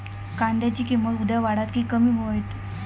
कांद्याची किंमत उद्या वाढात की कमी होईत?